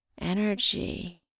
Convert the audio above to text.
Energy